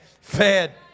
fed